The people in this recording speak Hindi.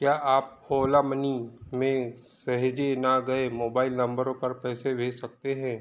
क्या आप ओला मनी में सहेजे ना गए मोबाइल नंबरों पर पैसे भेज सकते हैं